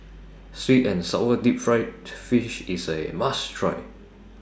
Sweet and Sour Deep Fried Fish IS A must Try